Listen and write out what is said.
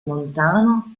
montano